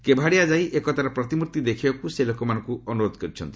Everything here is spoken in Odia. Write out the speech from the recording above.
କେଭାଡ଼ିଆ ଯାଇ ଏକତାର ପ୍ରତିମୂର୍ତ୍ତି ଦେଖିବାକୁ ସେ ଲୋକମାନଙ୍କୁ ଅନୁରୋଧ କରିଛନ୍ତି